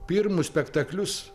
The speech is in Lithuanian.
pirmus spektaklius